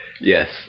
Yes